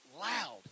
loud